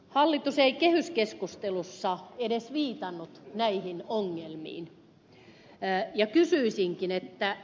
hallitus ei kehyskeskustelussa edes viitannut näihin ongelmiin ja kysyisinkin